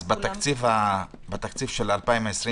זה מתוכנן בתקציב של 2020?